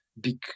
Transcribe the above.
big